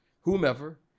whomever